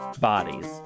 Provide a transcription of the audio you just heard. bodies